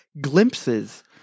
glimpses